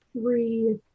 three